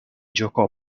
giocò